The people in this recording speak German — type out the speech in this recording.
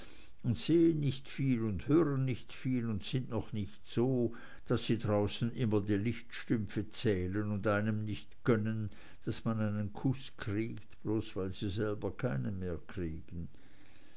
und sehen nicht viel und hören nicht viel und sind noch nicht so daß sie draußen immer die lichtstümpfe zählen und einem nicht gönnen daß man einen kuß kriegt bloß weil sie selber keinen mehr kriegen